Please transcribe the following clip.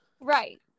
right